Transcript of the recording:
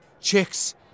Chicks